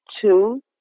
two